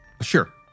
Sure